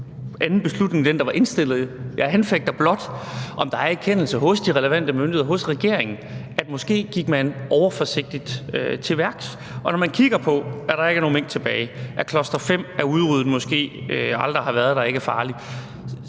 anden beslutning end den, der var indstillet. Jeg anfægter blot, om der er en erkendelse hos de relevante myndigheder, hos regeringen af, at man måske gik overforsigtigt til værks. Og når man kigger på, at der ikke er nogen mink tilbage, at cluster-5 er udryddet og måske aldrig har været der og ikke er farlig,